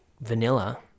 vanilla